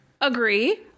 Agree